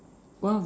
one of the